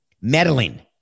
meddling